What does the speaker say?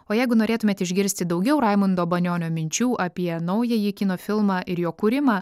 o jeigu norėtumėt išgirsti daugiau raimundo banionio minčių apie naująjį kino filmą ir jo kūrimą